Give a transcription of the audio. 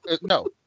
no